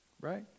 Right